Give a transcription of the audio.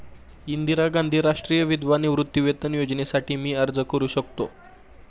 इंदिरा गांधी राष्ट्रीय विधवा निवृत्तीवेतन योजनेसाठी मी अर्ज करू शकतो?